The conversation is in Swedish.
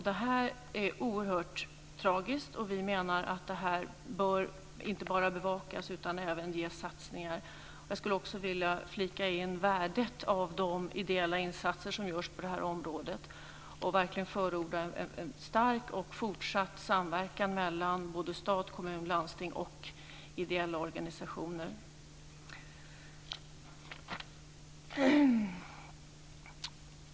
Det är oerhört tragiskt. Vi menar att detta inte bara bör bevakas utan även ges satsningar. Jag skulle också vilja flika in värdet av de ideella insatser som görs på det här området och verkligen förorda en stark och fortsatt samverkan mellan stat, kommun, landsting och ideella organisationer.